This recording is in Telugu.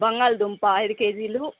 బంగాళదుంప ఐదు కేజీలు